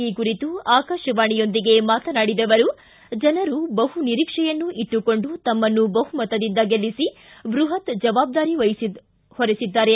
ಈ ಕುರಿತು ಆಕಾಶವಾಣಿಯೊಂದಿಗೆ ಮಾತನಾಡಿದ ಅವರು ಜನರು ಬಹುನಿರೀಕ್ಷೆಯನ್ನು ಇಟ್ಟಕೊಂಡು ತಮ್ನನ್ನು ಬಹುಮತದಿಂದ ಗೆಲ್ಲಿಸಿ ಬೃಹತ್ ಜಬಾಬ್ದಾರಿಯನ್ನು ಹೊರೆಸಿದ್ದಾರೆ